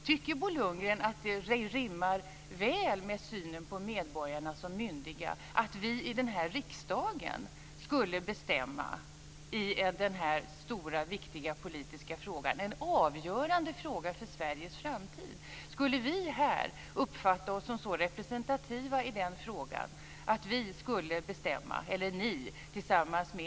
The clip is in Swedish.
Tycker Bo Lundgren att det rimmar väl med synen på medborgarna som myndiga att vi i denna riksdag skulle bestämma i denna stora viktiga politiska fråga? Det är en avgörande fråga för Sveriges framtid. Kan vi här uppfatta oss som så representativa i den frågan att vi skulle kunna bestämma?